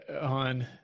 on